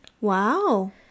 Wow